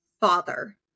father